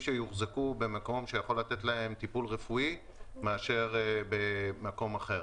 שיוחזקו במקום שיכול להעניק להם טיפול רפואי מאשר במקום אחר.